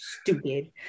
Stupid